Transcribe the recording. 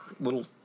little